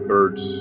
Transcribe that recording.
Birds